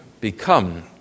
become